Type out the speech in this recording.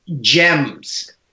gems